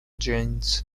genes